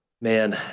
Man